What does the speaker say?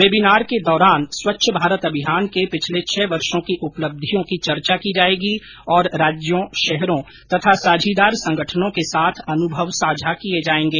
webinar के दौरान स्वच्छ भारत अभियान के पिछले छह वर्षो की उपलक्षियों की चर्चा की जाएगी और राज्यों शहरों तथा साझीदार संगठनों के साथ अनुभव साझा किए जाएंगे